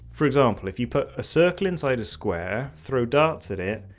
for example if you put a circle inside a square, throw darts at it,